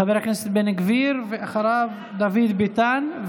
חבר הכנסת בן גביר ואחריו דוד ביטן,